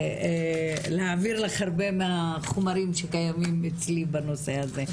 ולהעביר לך הרבה מהחומרים שקיימים אצלי בנושא הזה.